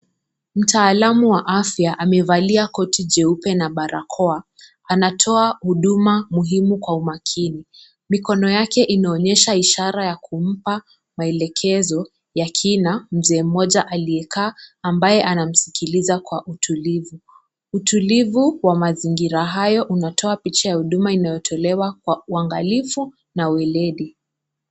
Mtaalamu wa afya amevalia koti jeupe na barakoa. Anatoa huduma muhimu kwa umakini. Mikono yake inaonyesha ishara ya kumpa maelekezo ya kina mzee mmoja aliyekaa ambaye anamsikiliza kwa utulivu. Utulivu wa mazingira hayo unatoa picha ya huduma inayotolewa kwa uangalivu na ueledi.